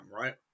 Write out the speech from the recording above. right